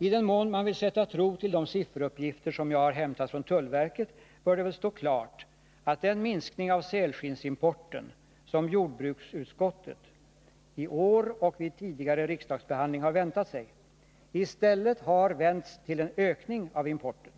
I den mån man vill sätta tilltro till de sifferuppgifter som jag har hämtat från tullverket, där den minskning av sälskinnsimporten som jordbruksutskottet i år och vid tidigare riksdagsbehandling har väntat sig i stället har vänts till en ökning av importen,